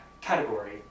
category